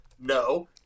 No